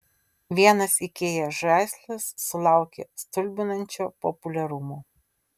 vienas ikea žaislas sulaukė stulbinančio populiarumo